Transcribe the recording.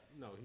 No